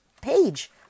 page